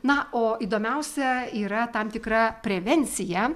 na o įdomiausia yra tam tikra prevencija